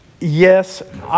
Yes